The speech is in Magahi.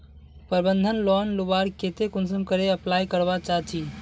प्रबंधन लोन लुबार केते कुंसम करे अप्लाई करवा चाँ चची?